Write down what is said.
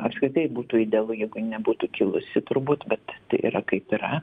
apskritai būtų idealu jeigu ji nebūtų kilusi turbūt bet tai yra kaip yra